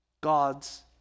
God's